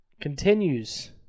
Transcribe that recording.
Continues